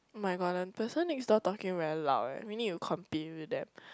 [oh]-my-god the person next door talking very loud eh we need to compete with them